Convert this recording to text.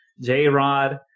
J-Rod